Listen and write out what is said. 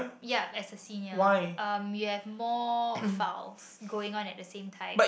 yup as a senior um you have more files going on at the same time